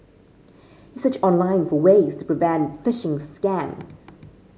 he searched online for ways to prevent phishing scams